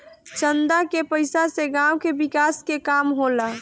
चंदा के पईसा से गांव के विकास के काम होला